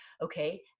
okay